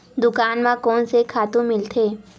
दुकान म कोन से खातु मिलथे?